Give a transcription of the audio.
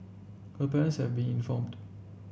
her parents have been informed